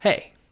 Hey